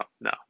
no